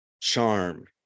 charm